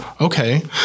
Okay